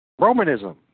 Romanism